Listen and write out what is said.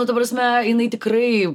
nu ta prasme jinai tikrai